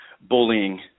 bullying